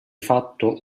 fatto